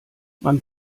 man